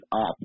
up